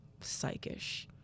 psychish